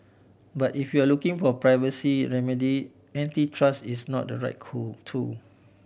but if you're looking for a privacy remedy antitrust is not the right cool tool